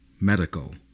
medical